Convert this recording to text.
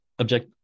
object